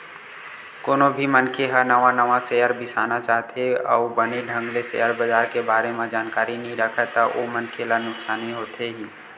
कोनो भी मनखे ह नवा नवा सेयर बिसाना चाहथे अउ बने ढंग ले सेयर बजार के बारे म जानकारी नइ राखय ता ओ मनखे ला नुकसानी होथे ही